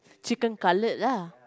chicken cutlet lah